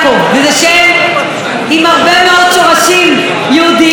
זה שם עם הרבה מאוד שורשים יהודיים.